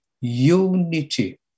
unity